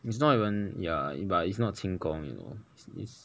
it's not even ya it but it's not 轻功 you know it's